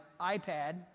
iPad